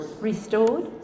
restored